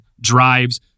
drives